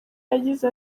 yagize